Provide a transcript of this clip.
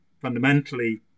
fundamentally